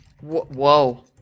Whoa